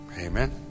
Amen